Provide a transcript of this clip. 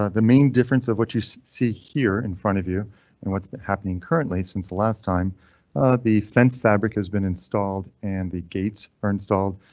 ah the main difference of what you see here in front of you and what's been happening currently since the last time the fence fabric has been installed and the gates are installed.